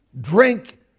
drink